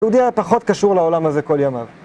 יהודי היה פחות קשור לעולם הזה כל ימיו.